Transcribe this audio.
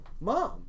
Mom